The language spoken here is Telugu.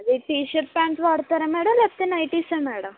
టీ షర్ట్ ప్యాంట్ వాడుతారా మేడం లేపోతే నైటిస్ ఆ మేడం